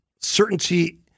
certainty